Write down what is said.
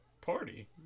party